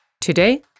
Today